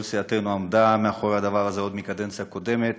כל סיעתנו עמדה מאחורי זה עוד בקדנציה הקודמת.